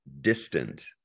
distant